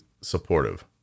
supportive